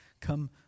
come